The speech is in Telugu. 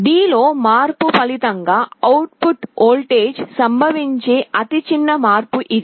D లో మార్పు ఫలితంగా అవుట్ పుట్ వోల్టేజ్లో సంభవించే అతిచిన్న మార్పు ఇది